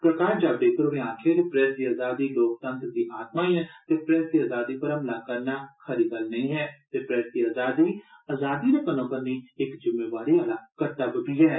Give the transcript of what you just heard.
प्रकाश जावडेकर होरें आक्खेआ जे प्रेस दी अजादी लोकतंत्र दी आत्मा ऐ ते प्रेस दी अजादी पर हमला करना खरी गल्ल नेईं ऐ ते प्रेस दी अजादी दे कन्नो कन्नी इक जुम्मेवारी आला कर्तव्य बी ऐ